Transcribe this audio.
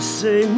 say